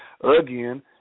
again